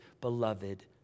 beloved